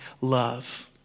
Love